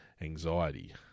anxiety